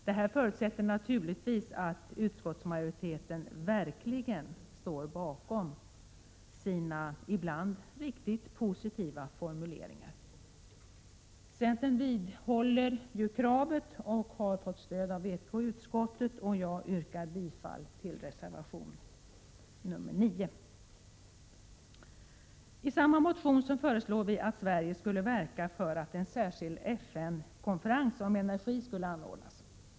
Detta förutsätter naturligtvis att utskottsmajoriteten verkligen står bakom sina ibland riktigt positiva formuleringar. Centern vidhåller sitt krav, som vi i utskottet har fått stöd av vpk för. Jag yrkar bifall till reservation nr 9. I samma motion föreslår vi att Sverige skulle verka för att en särskild FN-konferens om energi skulle anordnas.